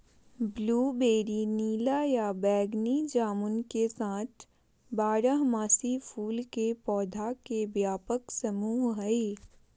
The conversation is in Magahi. ब्लूबेरी नीला या बैगनी जामुन के साथ बारहमासी फूल के पौधा के व्यापक समूह हई